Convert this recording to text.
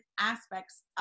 aspects